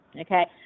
Okay